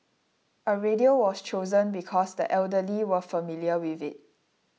a radio was chosen because the elderly were familiar with it